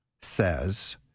says